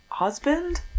husband